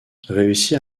réussit